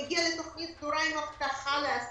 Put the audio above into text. היא הגיעה לתוכנית סדורה עם הבטחה להשמה,